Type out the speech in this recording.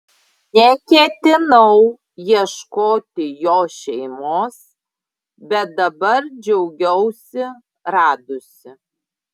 neketinau ieškoti jo šeimos bet dabar džiaugiausi radusi